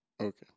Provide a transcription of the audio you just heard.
Okay